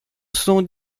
sont